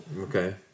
Okay